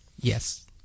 Yes